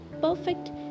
perfect